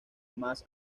más